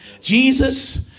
Jesus